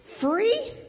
Free